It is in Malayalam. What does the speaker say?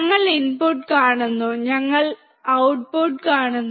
ഞങ്ങൾ ഇൻപുട്ട് കാണുന്നു ഞങ്ങൾ ഔട്ട്പുട്ട് കാണുന്നു